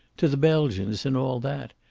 to the belgians and all that.